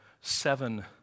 seven